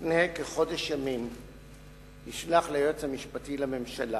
לפני כחודש ימים נשלח ליועץ המשפטי לממשלה